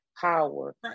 power